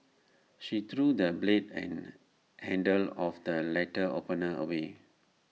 she threw the blade and handle of the letter opener away